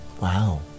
Wow